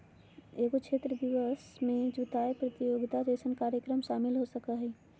एगो क्षेत्र दिवस में जुताय प्रतियोगिता जैसन कार्यक्रम शामिल हो सकय हइ